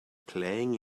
playing